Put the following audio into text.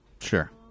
sure